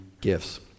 gifts